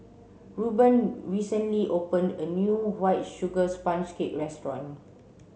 Reuben recently opened a new white sugar sponge cake restaurant